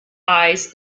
eyes